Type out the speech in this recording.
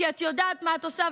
כי את יודעת מה את עושה,